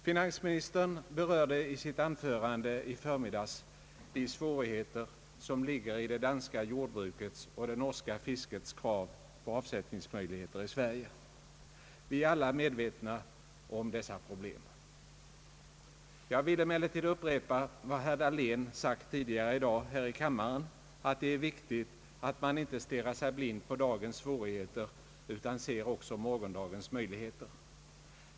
Finansministern berörde i sitt anförande i förmiddags de svårigheter som ligger i det danska jordbrukets och det norska fiskets krav på avsättningsmöjligheter i Sverige. Vi är alla medvetna om dessa problem. Jag vill emellertid upprepa vad herr Dahlén sagt tidigare i dag här i kammaren, nämligen att det är viktigt att man inte stirrar sig blind på dagens svårigheter utan ser också morgondagens möjligheter.